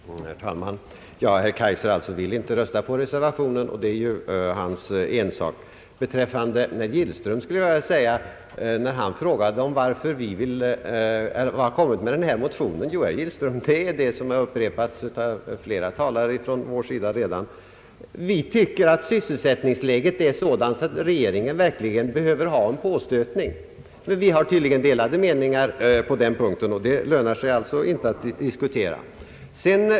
Herr talman! Herr Kaijser vill alltså inte rösta på reservationen, och det är hans ensak. Med anledning av herr Gillströms fråga om varför vi kommit med denna motion vill jag, liksom det sagts av flera talare från vårt håll, säga att vi tycker att sysselsättningsläget är sådant att regeringen verkligen behöver en påstötning. Men vi har tydligen delade meningar på den punkten, och det lönar sig alltså inte att diskutera.